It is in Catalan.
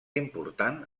important